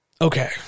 Okay